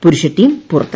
പുരുഷ ടീം പുറത്ത്